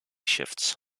shifts